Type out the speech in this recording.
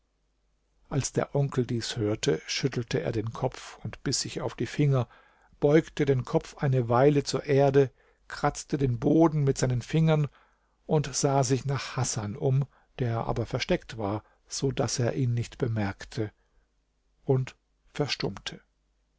als der onkel dies hörte schüttelte er den kopf und biß sich auf die finger beugte den kopf eine weile zur erde kratzte den boden mit seinen fingern und sah sich nach hasan um der aber versteckt war so daß er ihn nicht bemerkte und verstummte